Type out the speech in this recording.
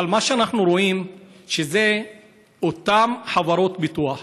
אבל מה שאנחנו רואים זה שאותן חברות ביטוח